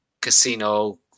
casino